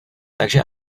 takže